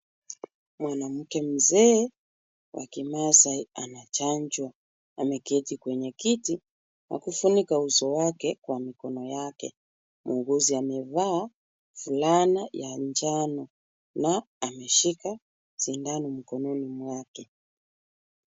Mwanamke mzee wa kimasai anachanjwa. Ameketi kwenye kiti na kufunika uso wake kwa mikono yake. Muuguzi amevaa fulana ya njano na ameshika sindano mkononi mwake.